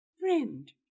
friend